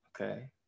okay